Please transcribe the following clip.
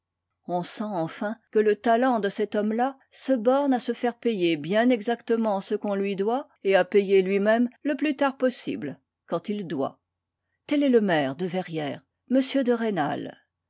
on sent enfin que le talent de cet homme-là se borne à se faire payer bien exactement ce qu'on lui doit et à payer lui-même le plus tard possible quand il doit tel est le maire de verrières m de rênal